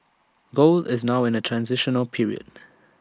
gold is now in A transitional period